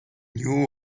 knew